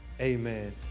amen